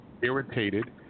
irritated